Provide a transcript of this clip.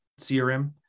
crm